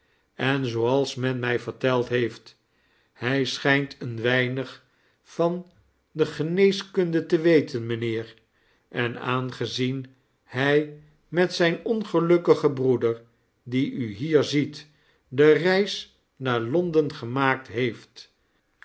en zooals men mij verteld heeft hij sohijnt een weinig van de geneeskunde te wetein mijnheer en aangezien hij met mijn ongelukkigen broeder dien u hier ziet de reis naar londen gemaakt heeft